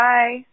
Bye